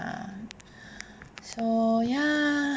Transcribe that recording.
ah so ya